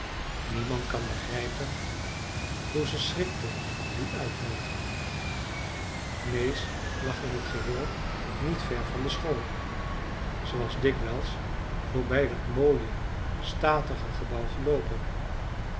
niemand kan begrijpen hoe ze schrikte van die uitnoodiging nääs lag in t geheel niet ver van de school ze was dikwijls voorbij dat mooie statige gebouw geloopen